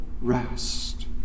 rest